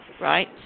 right